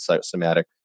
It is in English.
somatic